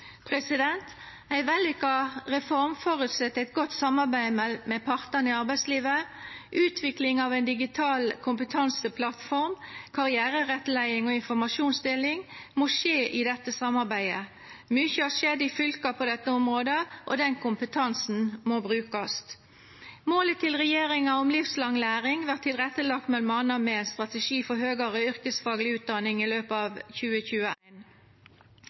Ei vellukka reform føreset eit godt samarbeid med partane i arbeidslivet. Utvikling av ei digital kompetanseplattform, karriererettleiing og informasjonsdeling må skje i dette samarbeidet. Mykje har skjedd i fylka på dette området, og den kompetansen må brukast. Målet til regjeringa om livslang læring vert tilrettelagt m.a. med ein strategi for høgare yrkesfagleg utdanning i løpet av